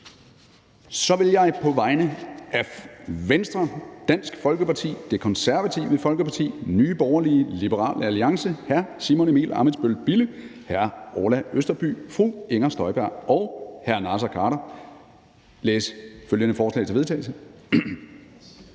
Så vil jeg på vegne af Venstre, Dansk Folkeparti, Det Konservative Folkeparti, Nye Borgerlige, Liberal Alliance, Simon Emil Ammitzbøll-Bille (UFG), Orla Østerby (UFG), Inger Støjberg (UFG) og Naser Khader (UFG) oplæse følgende forslag til vedtagelse: